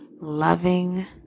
loving